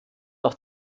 auch